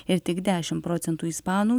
ir tik dešim procentų ispanų